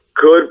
Good